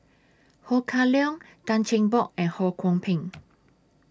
Ho Kah Leong Tan Cheng Bock and Ho Kwon Ping